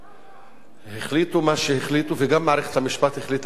החליטו מה שהחליטו וגם מערכת המשפט החליטה מה שהחליטה,